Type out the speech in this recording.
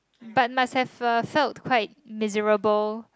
but might have a felt quite miserable